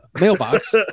mailbox